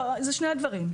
לא, זה שני הדברים.